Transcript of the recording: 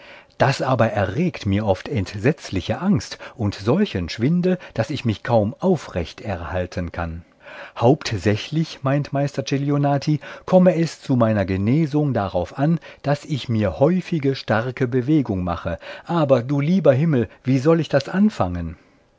das aber erregt mir oft entsetzliche angst und solchen schwindel daß ich mich kaum aufrecht erhalten kann hauptsächlich meint meister celionati komme es zu meiner genesung darauf an daß ich mir häufige starke bewegung mache aber du lieber himmel wie soll ich das anfangen